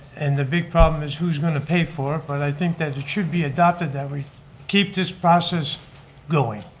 and the big problem is who's going to pay for it, but i think that it should be adopted that we keep this process going.